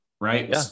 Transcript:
Right